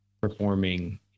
performing